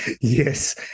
Yes